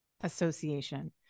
association